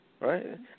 right